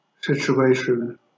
situation